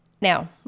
Now